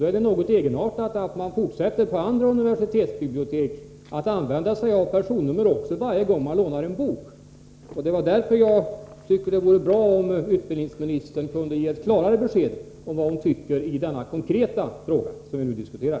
Då är det något Cgenartat att andra universitetsbibliotek skärningar vid de fortsätter att kräva personnummer varje gång man lånar en bok. Det var mindre högdärför jag tyckte det vore bra om utbildningsministern kunde ge ett klarare skölorna besked i den konkreta fråga som vi nu diskuterar.